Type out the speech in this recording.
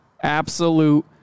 absolute